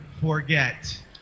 forget